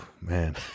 Man